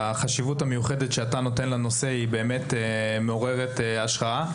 החשיבות המיוחדת שאתה נותן לנושא היא באמת מעוררת השראה.